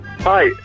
Hi